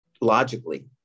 logically